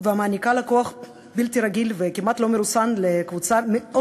ומעניקה כוח בלתי רגיל וכמעט לא מרוסן לקבוצה מאוד